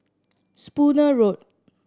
Spooner Road